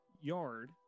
yard